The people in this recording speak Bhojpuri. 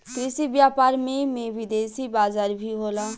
कृषि व्यापार में में विदेशी बाजार भी होला